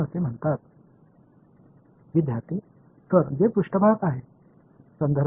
மாணவர் இது மேற்பரப்பு எல்லைகுறிப்பு நேரம் 1217